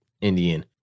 Indian